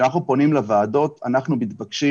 כשאנחנו פונים לוועדות אנחנו מתבקשים